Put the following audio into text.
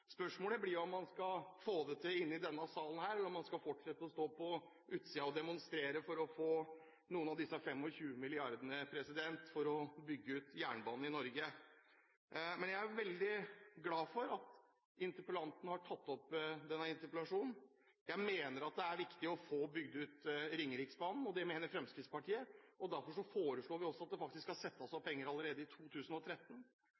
Spørsmålet blir om han skal få det til inne i denne salen, eller om han skal fortsette å stå på utsiden og demonstrere for å få noen av disse 25 milliardene for å bygge ut jernbane i Norge. Men jeg er veldig glad for at interpellanten har tatt opp denne interpellasjonen. Jeg mener at det er viktig å få bygd ut Ringeriksbanen, og det mener også Fremskrittspartiet. Derfor foreslår vi at det faktisk